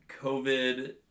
COVID